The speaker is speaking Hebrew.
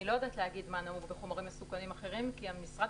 אני לא יודעת להגיד מה נהוג בחומרים מסוכנים אחרים כי משרד